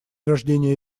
рождения